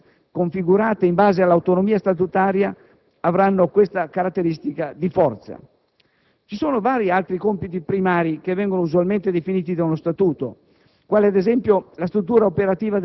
Dubito che le *governances* configurate in base all'autonomia statutaria avranno questa caratteristica di forza. Ci sono vari altri compiti primari che vengono usualmente definiti da uno statuto,